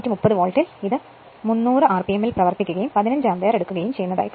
230 വോൾട്ടിൽ ഇത് 300 ആർപിഎമ്മിൽ പ്രവർത്തിക്കുകയും 15 ആമ്പിയർ എടുക്കുകയും ചെയ്യുന്നു